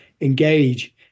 engage